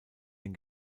den